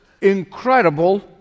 incredible